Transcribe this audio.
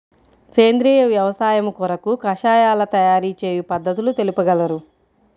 సేంద్రియ వ్యవసాయము కొరకు కషాయాల తయారు చేయు పద్ధతులు తెలుపగలరు?